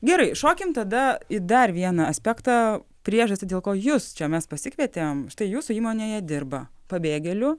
gerai šokim tada į dar vieną aspektą priežastį dėl ko jus čia mes pasikvietėm štai jūsų įmonėje dirba pabėgėlių